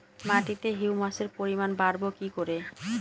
মাটিতে হিউমাসের পরিমাণ বারবো কি করে?